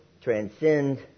transcend